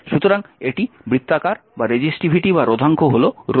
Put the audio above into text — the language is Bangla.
সুতরাং এটি বৃত্তাকার এবং রোধাঙ্ক হল রো